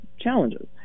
challenges